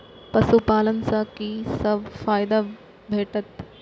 पशु पालन सँ कि सब फायदा भेटत?